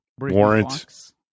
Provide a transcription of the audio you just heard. Warrant